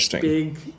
big